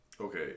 Okay